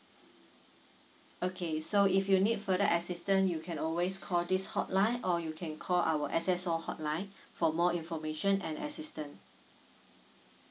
okay so if you need further assistant you can always call this hotline or you can call our S_S_O hotline for more information and assistant